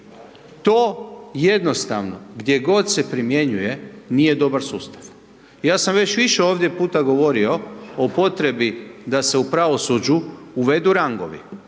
To jednostavno, gdje god se primjenjuje, nije dobar sustav. Ja sam već više ovdje puta govorio o potrebi da se u pravosuđu uvedu rangovi,